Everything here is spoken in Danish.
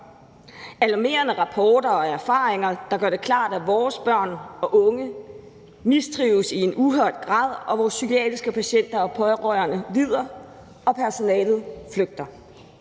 alarmerende rapporter og erfaringer, der gør det klart, at vores børn og unge mistrives i en uhørt grad; at vores psykiatriske patienter og pårørende lider og personalet flygter;